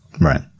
Right